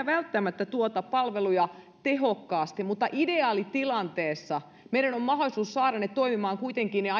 välttämättä tuota palveluja tehokkaasti mutta ideaalitilanteessa meidän on mahdollisuus saada ne kuitenkin toimimaan ja